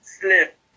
slip